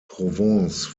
provence